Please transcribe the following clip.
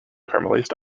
caramelized